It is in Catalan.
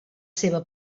seva